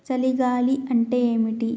చలి గాలి అంటే ఏమిటి?